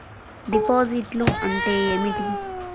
డిపాజిట్లు అంటే ఏమిటి?